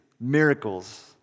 miracles